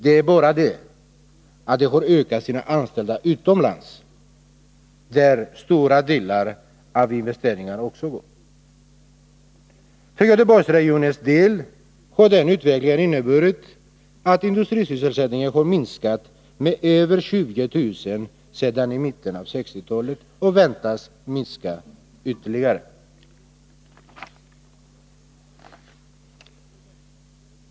Det är bara det att de ökar antalet anställda utomlands, dit stora delar av industriinvesteringarna också går. För Göteborgsregionens del har den utvecklingen inneburit att industrisysselsättningen har minskat med över 20000 arbetstillfällen sedan mitten av 1960-talet och väntas minska ytterligare.